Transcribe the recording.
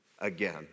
again